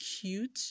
cute